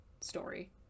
story